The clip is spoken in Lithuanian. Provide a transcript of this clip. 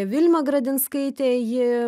vilma gradinskaitė ji